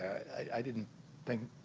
i didn't think